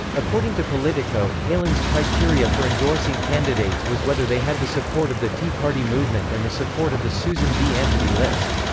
according to politico, palin's criteria for endorsing candidates was whether they had the support of the tea party movement and the support of the susan b. anthony list.